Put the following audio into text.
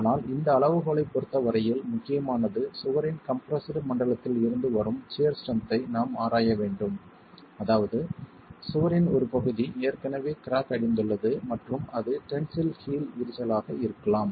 ஆனால் இந்த அளவுகோலைப் பொறுத்த வரையில் முக்கியமானது சுவரின் கம்ப்ரெஸ்டு மண்டலத்தில் இருந்து வரும் சியர் ஸ்ட்ரென்த் ஐ நாம் ஆராய வேண்டும் அதாவது சுவரின் ஒரு பகுதி ஏற்கனவே கிராக் அடைந்துள்ளது மற்றும் அது டென்சில் ஹீல் விரிசலாக இருக்கலாம்